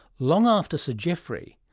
long after sir geoffrey,